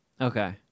Okay